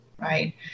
right